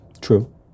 True